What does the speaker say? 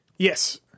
Yes